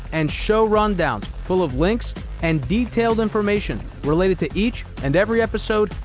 and show rundowns full of links and detailed information related to each and every episode,